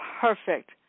Perfect